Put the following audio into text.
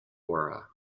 aura